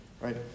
right